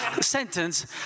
sentence